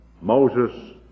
Moses